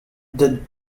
the